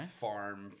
farm